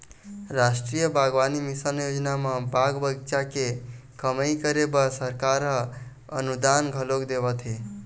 रास्टीय बागबानी मिसन योजना म बाग बगीचा के कमई करे बर सरकार ह अनुदान घलोक देवत हे